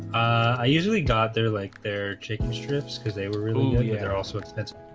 i usually got there like they're chicken strips cuz they were really yeah they're also expensive